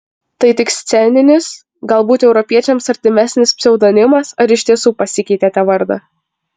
tai tik sceninis galbūt europiečiams artimesnis pseudonimas ar iš tiesų pasikeitėte vardą